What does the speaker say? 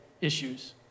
issues